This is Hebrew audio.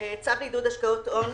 "צו עידוד השקעות הון,